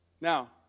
Now